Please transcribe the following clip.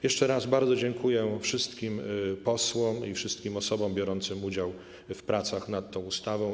Jeszcze raz bardzo dziękuję wszystkim posłom i wszystkim osobom biorącym udział w pracach nad tą ustawą.